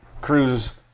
cruise